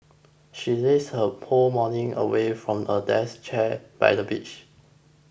she lazed her whole morning away from a deck chair by the beach